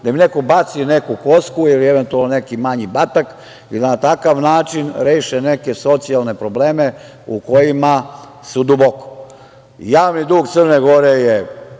da im neko baci neku kosku ili eventualno neki manji batak i na takav način reše neke socijalne probleme u kojima su duboko. Javni dug Crne Gore je